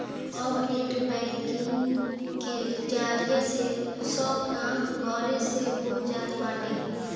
अब net banking के जरिया से सब काम घरे से हो जात बाटे